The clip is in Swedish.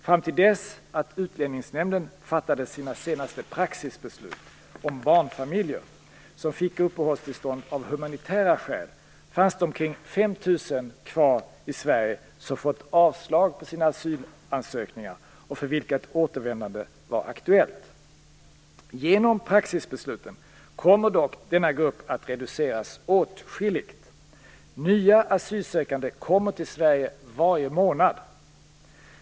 Fram till dess att Utlänningsnämnden fattade sina senaste praxisbeslut om barnfamiljer som fick uppehållstillstånd av humanitära skäl fanns omkring 5 000 personer kvar i Sverige som fått avslag på sina asylansökningar och för vilka ett återvändande var aktuellt. Genom praxisbesluten kommer dock denna grupp att reduceras åtskilligt. Nya asylsökande kommer till Sverige varje månad.